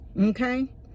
okay